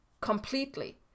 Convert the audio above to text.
completely